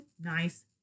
nice